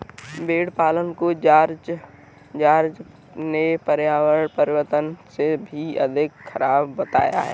भेड़ पालन को जॉर्ज ने पर्यावरण परिवर्तन से भी अधिक खराब बताया है